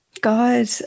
God